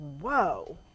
whoa